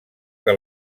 que